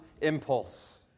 impulse